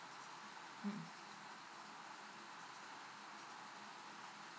mm